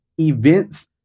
events